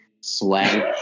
swag